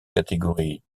catégorie